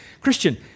Christian